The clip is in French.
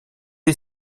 est